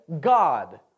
God